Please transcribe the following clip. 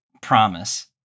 promise